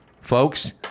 Folks